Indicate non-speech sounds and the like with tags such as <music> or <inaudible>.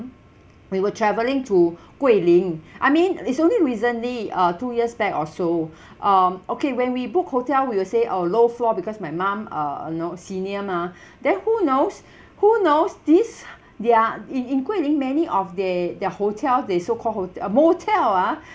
we were travelling to <breath> guilin <breath> I mean it's only recently uh two years back or so <breath> um okay when we book hotel we will say uh low floor because my mom uh you know senior mah <breath> then who knows <breath> who knows these their in in guilin many of they their hotel they so called hotel ah motel ah <breath>